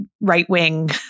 right-wing